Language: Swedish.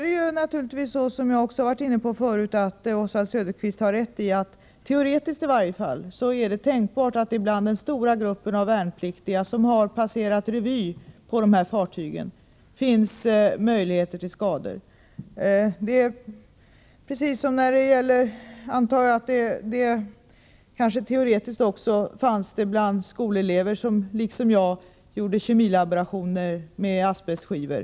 Det är naturligtvis så som jag har varit inne på förut, att Oswald Söderqvist har rätt i att det — teoretiskt i varje fall — är tänkbart att det när det gäller den stora grupp av värnpliktiga, som har passerat revy på dessa fartyg, finns möjligheter till skador. Jag antar att det teoretiskt också är på detta sätt bland de skolelever som, liksom jag, gjorde kemilaborationer med asbestskivor.